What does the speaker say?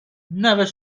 nawet